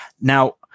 Now